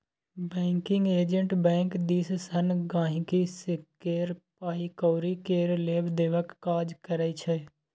banking agent bank दिस सँ गांहिकी केर पाइ कौरी केर लेब देबक काज करै छै